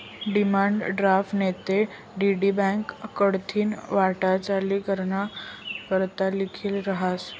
demand draft नैते DD bank कडथीन वाटाघाटी कराना करता लिखेल रहास